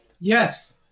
Yes